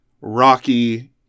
Rocky